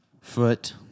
foot